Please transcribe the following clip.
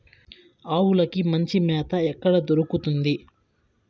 ఆవులకి మంచి మేత ఎక్కడ దొరుకుతుంది?